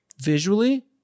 visually